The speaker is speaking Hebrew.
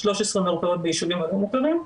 13 מרפאות בישובים הלא מוכרים,